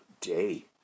day